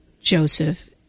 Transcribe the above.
Joseph